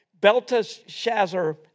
Belteshazzar